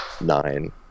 nine